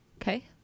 Okay